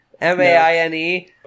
M-A-I-N-E